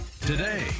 today